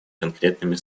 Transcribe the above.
конкретными